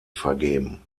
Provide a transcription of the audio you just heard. vergeben